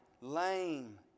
lame